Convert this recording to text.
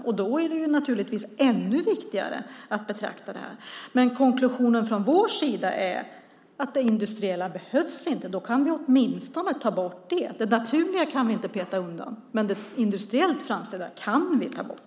Då är det naturligtvis ännu angelägnare att vi tar oss an detta. Konklusionen från vår sida är att det industriella transfettet inte behövs. Då kan vi åtminstone ta bort det. Det naturliga kan vi inte peta undan, men det industriellt framställda kan vi ta bort.